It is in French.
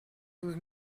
douze